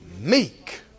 Meek